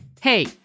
Hey